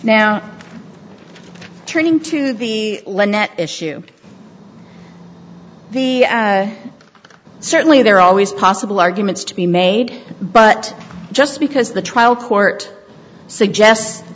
now turning to the lenette issue certainly there are always possible arguments to be made but just because the trial court suggest